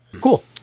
Cool